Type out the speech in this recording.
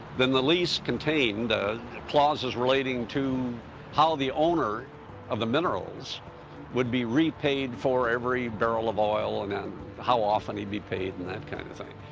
then the lease contained clauses relating to how the owner of the minerals would be repaid for every barrel of oil ah and how often he'd be paid and that kind of thing.